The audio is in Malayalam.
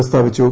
പ്രസ്താവിച്ചു